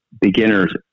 beginners